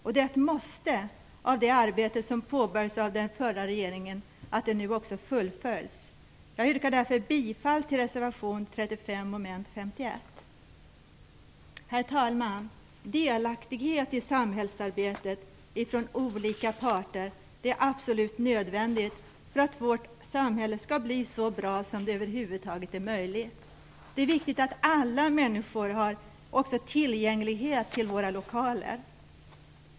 Det är ett måste att det arbete som påbörjades av den förra regeringen nu fullföljs. Jag yrkar därför bifall till reservation 35 under mom. Herr talman! Delaktighet i samhällsarbetet från olika parter är absolut nödvändigt för att vårt samhälle skall bli så bra som över huvud taget är möjligt. Det är viktigt att våra lokaler är tillgängliga för alla människor.